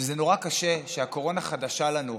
שזה נורא קשה, שהקורונה חדשה לנו.